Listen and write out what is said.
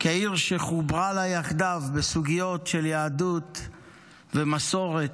לעיר שחוברה לה יחדיו בסוגיות של יהדות ומסורת.